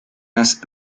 las